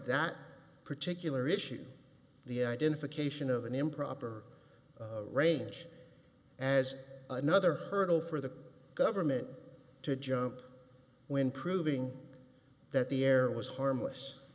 that particular issue the identification of an improper range as another hurdle for the government to jump when proving that the error was harmless